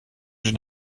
den